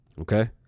okay